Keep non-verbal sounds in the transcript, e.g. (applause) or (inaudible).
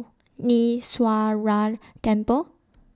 (unintelligible) Temple